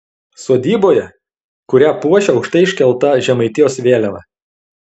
sodyboje kurią puošia aukštai iškelta žemaitijos vėliava